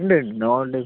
ഉണ്ട് നോവൽ ഉണ്ട്